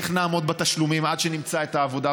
איך נעמוד בתשלומים עד שנמצא עבודה?